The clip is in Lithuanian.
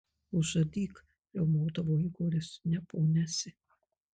užadyk riaumodavo igoris ne ponia esi